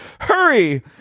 Hurry